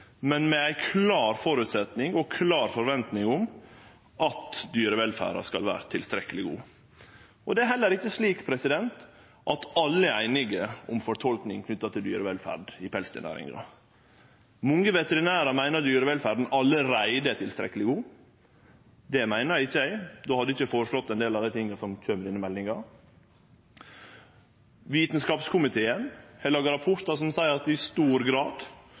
men med ein klar føresetnad og ei klar forventing om at dyrevelferda skal vere tilstrekkeleg god. Det er heller ikkje slik at alle er einige om tolkinga knytt til dyrevelferd i pelsdyrnæringa. Mange veterinærar meiner at dyrevelferda allereie er tilstrekkeleg god – det meiner ikkje eg, då hadde eg ikkje føreslått ein del av dei tinga som kjem i denne meldinga. Vitskapskomiteen har laga rapportar som seier at i stor grad